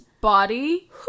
body